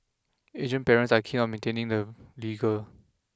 Asian parents are keen on maintaining the rigour